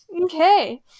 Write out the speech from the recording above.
okay